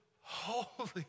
holy